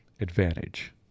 advantage